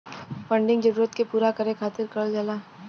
funding जरूरत के पूरा करे खातिर करल जाला